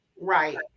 right